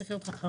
צריך להיות חכם.